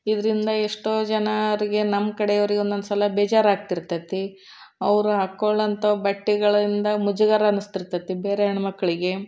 ಇದರಿಂದ ಎಷ್ಟೋ ಜನರಿಗೆ ನಮ್ಮ ಕಡೆಯವ್ರಿಗೆ ಒಂದೊಂದ್ಸಲ ಬೇಜಾರು ಆಗ್ತಿರ್ತೈತಿ ಅವರು ಹಾಕ್ಕೊಳ್ಳೊಂಥವು ಬಟ್ಟೆಗಳಿಂದ ಮುಜುಗರ ಅನ್ನಿಸ್ತಿರ್ತೈತಿ ಬೇರೆ ಹೆಣ್ಣುಮಕ್ಳಿಗೆ